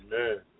amen